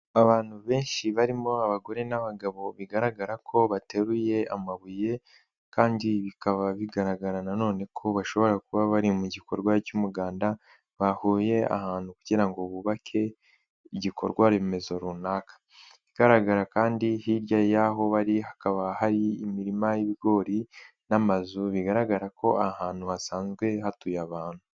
Abantu benshi barimo abagore n'abagabo bigaragara ko bateruye amabuye kandi bikaba bigaragara na none ko bashobora kuba bari mu gikorwa cy'umuganda bahuye ahantu kugira ngo bubake igikorwa remezo runaka. Biragaragara kandi ko hirya y'aho bari hakaba hari imirima y'ibigori n'amazu, bigaragara ko ahantu hasanzwe hatuye abantu.